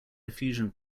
diffusion